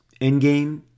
Endgame